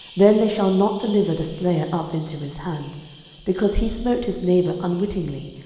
then they shall not deliver the slayer up into his hand because he smote his neighbour unwittingly,